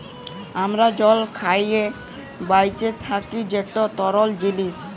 আমরা জল খাঁইয়ে বাঁইচে থ্যাকি যেট তরল জিলিস